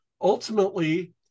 ultimately